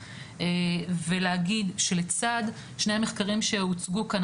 ולהגיד שלצד שני המחקרים שהוצגו כאן,